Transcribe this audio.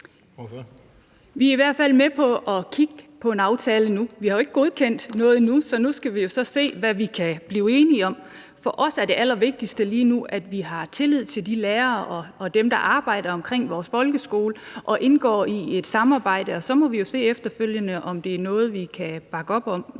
Vi er i hvert fald med på at kigge på en aftale nu. Vi har jo ikke godkendt noget endnu, så nu skal vi så se, hvad vi kan blive enige om. For os er det allervigtigste lige nu, at vi har tillid til de lærere og dem, der arbejder omkring vores folkeskole, og indgår i et samarbejde. Og så må vi jo se efterfølgende, om det er noget, vi kan bakke op om.